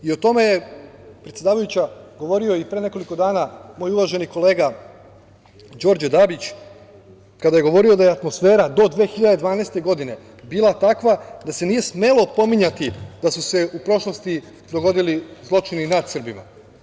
O tome je, predsedavajuća, govorio i pre nekoliko dana moj uvaženi kolega Đorđe Dabić, kada je govorio da je atmosfera do 2012. godine bila takva da se nije smelo pominjati da su se u prošlosti dogodili zločini nad Srbima.